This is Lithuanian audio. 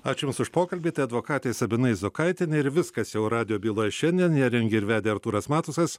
ačiū jums už pokalbį tai advokatė sabina izokaitienė ir viskas jau radijo byloje šiandien ją rengė ir vedė artūras matusas